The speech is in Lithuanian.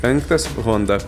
penktas honda